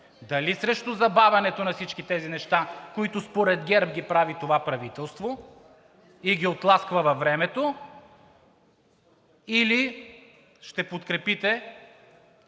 дали срещу забавянето на всички тези неща, които според ГЕРБ ги прави това правителство и ги оттласква във времето, или ще подкрепите